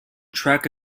track